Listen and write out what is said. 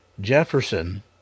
Jefferson